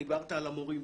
דיברת על המורים,